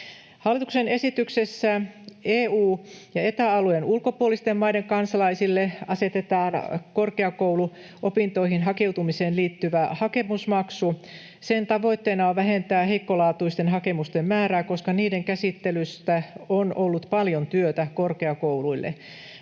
Hallituksen esityksessä EU- ja Eta-alueen ulkopuolisten maiden kansalaisille asetetaan korkeakouluopintoihin hakeutumiseen liittyvä hakemusmaksu. Sen tavoitteena on vähentää heikkolaatuisten hakemusten määrää, koska niiden käsittelystä on ollut paljon työtä korkeakouluille.